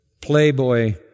playboy